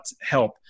help